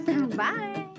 Bye